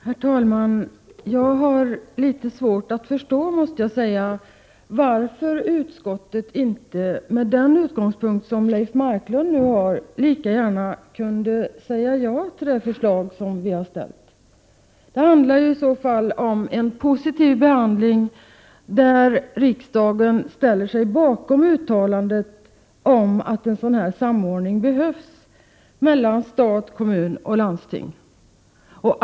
Herr talman! Jag har litet svårt att förstå varför inte utskottet, med den utgångspunkt som Leif Marklund nu gett uttryck för, lika gärna kunde säga ja till det förslag som vpk har framställt. Det skulle i så fall röra sig om en positiv behandling, där riksdagen ställde sig bakom uttalandet att en samordning mellan stat, kommun och landsting Behövs.